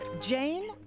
Jane